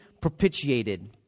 propitiated